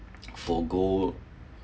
forgo